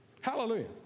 Hallelujah